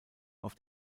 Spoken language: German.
auf